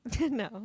No